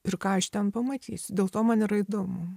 ir ką aš ten pamatysiu dėl to man yra įdomu